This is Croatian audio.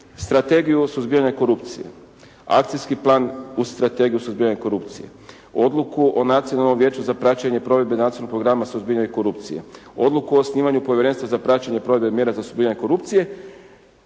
Strategiju o suzbijanju korupcije, akcijski plan uz strategiju suzbijanja korupcije, odluku o Nacionalnom vijeću za praćenje provedbe nacionalnog programa suzbijanja korupcije, odluku o osnivanju Povjerenstva za praćenje provedba mjera za suzbijanje korupcije